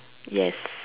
yes